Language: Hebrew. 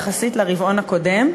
יחסית לרבעון הקודם.